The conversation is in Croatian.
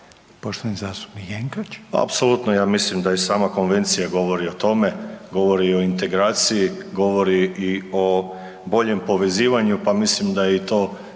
Poštovani zastupnik Jenkač.